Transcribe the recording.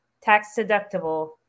tax-deductible